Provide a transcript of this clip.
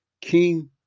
King